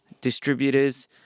distributors